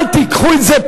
הצילה אותנו,